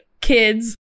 kids